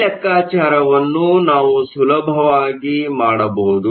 ಈ ಲೆಕ್ಕಾಚಾರವನ್ನು ನಾವು ಸುಲಭವಾಗಿ ಮಾಡಬಹುದು